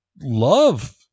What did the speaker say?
love